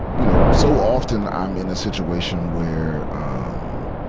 you know, so often, i'm in a situation where um,